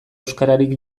euskararik